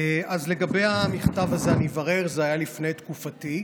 לגבי המכתב הזה אני אברר, זה היה לפני תקופתי.